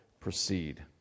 proceed